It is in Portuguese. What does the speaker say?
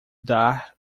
dar